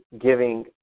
giving